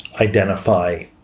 identify